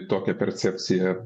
tokią percepciją